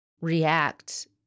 react